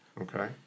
Okay